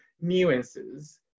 nuances